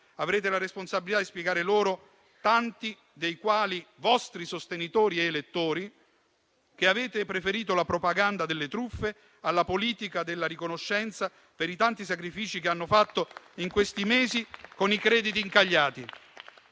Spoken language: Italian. Avrete la responsabilità di spiegare loro - tanti dei quali sono vostri sostenitori ed elettori - che avete preferito la propaganda delle truffe alla politica della riconoscenza per i tanti sacrifici che hanno fatto in questi mesi con i crediti incagliati.